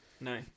No